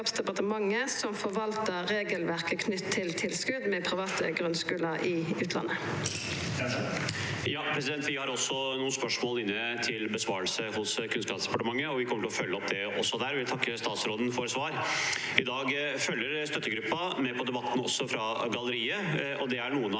(V) Vi har også noen spørs- mål inne til besvarelse hos Kunnskapsdepartementet, og vi kommer til å følge opp det der. Jeg vil takke statsråden for svaret. I dag følger støttegruppen med på debatten, også fra galleriet. Det er noen av